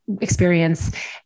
experience